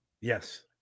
Yes